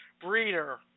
breeder